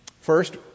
First